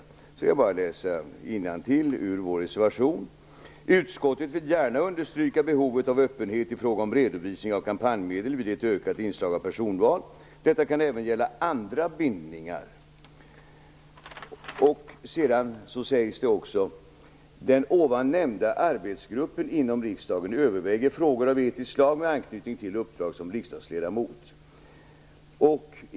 Jag vill i det sammanhanget läsa innantill ur vår reservation: "Utskottet vill gärna understryka behovet av öppenhet i fråga om redovisning av kampanjmedel vid ett ökat inslag av personval. Detta kan även gälla andra bindningar. - Den ovan nämnda arbetsgruppen inom riksdagen överväger frågor av etiskt slag med anknytning till uppdrag som riksdagsledamot.